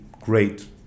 great